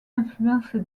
influence